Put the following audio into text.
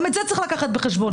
גם את זה צריך לקחת בחשבון.